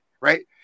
Right